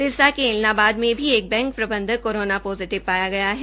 सिरसा के एलनाबाद में भी एक बैंक प्रबंधक कोरोना पोजिटिव पाया गया है